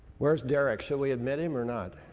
where's derek? should we admit him or not?